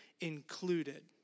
included